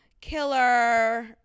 killer